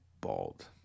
bald